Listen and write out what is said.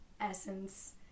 essence